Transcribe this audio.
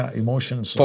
emotions